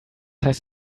heißt